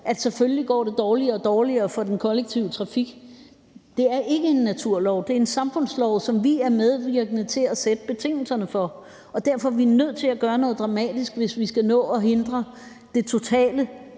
det selvfølgelig går dårligere og dårligere for den kollektive trafik. Det er ikke en naturlov. Det er en lovmæssighed i samfundet, som vi er medvirkende til at sætte betingelserne for, og derfor er vi nødt til at gøre noget dramatisk, hvis vi skal nå at hindre det totale